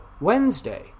Wednesday